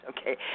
okay